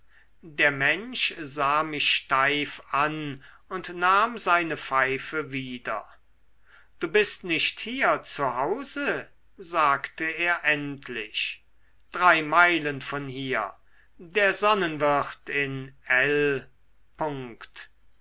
der mensch sah mich steif an und nahm seine pfeife wieder du bist nicht hier zu hause sagte er endlich drei meilen von hier der sonnenwirt in l